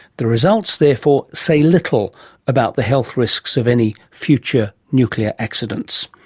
the results therefore say little about the health risks of any future nuclear accidents.